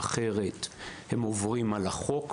אחרת הן עוברות על החוק,